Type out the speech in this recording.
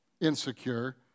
insecure